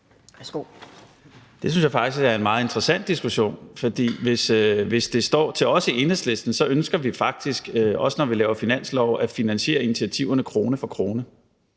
Det synes jeg faktisk er en meget interessant diskussion. For hvis det står til os i Enhedslisten, ønsker vi faktisk, også når vi laver finanslov, at finansiere initiativerne krone for krone.